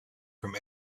from